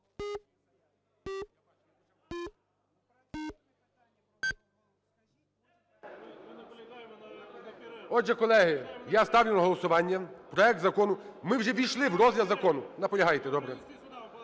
Отже, колеги, я ставлю на голосування проект закону… Ми вже ввійшли в розгляд закону. Наполягаєте, добре.